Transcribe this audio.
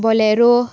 bolero